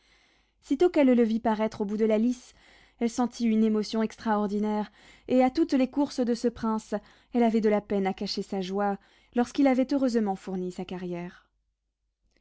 sitôt qu'elle le vit paraître au bout de la lice elle sentit une émotion extraordinaire et à toutes les courses de ce prince elle avait de la peine à cacher sa joie lorsqu'il avait heureusement fourni sa carrière